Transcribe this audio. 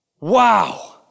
Wow